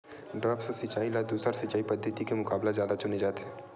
द्रप्स सिंचाई ला दूसर सिंचाई पद्धिति के मुकाबला जादा चुने जाथे